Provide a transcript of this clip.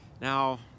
Now